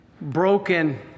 broken